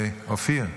אופיר,